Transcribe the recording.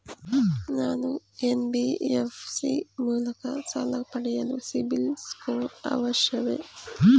ನಾನು ಎನ್.ಬಿ.ಎಫ್.ಸಿ ಮೂಲಕ ಸಾಲ ಪಡೆಯಲು ಸಿಬಿಲ್ ಸ್ಕೋರ್ ಅವಶ್ಯವೇ?